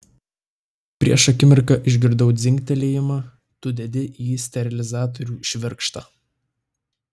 prieš akimirką išgirdau dzingtelėjimą tu dedi į sterilizatorių švirkštą